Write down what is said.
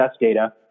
data